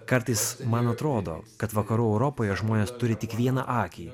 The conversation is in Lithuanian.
kartais man atrodo kad vakarų europoje žmonės turi tik vieną akį